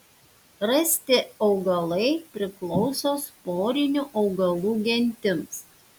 rasti augalai priklauso sporinių augalų gentims